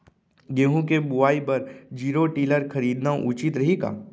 गेहूँ के बुवाई बर जीरो टिलर खरीदना उचित रही का?